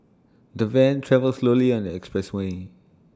the van travelled slowly on the expressway